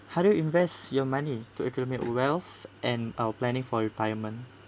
how do you invest your money to academic wealth and or planning for retirement